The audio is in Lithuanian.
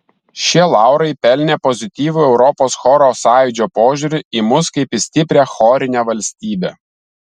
šie laurai pelnė pozityvų europos choro sąjūdžio požiūrį į mus kaip į stiprią chorinę valstybę